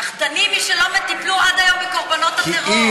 פחדנים מי שלא טיפלו עד היום בקורבנות הטרור.